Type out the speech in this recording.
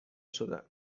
شدند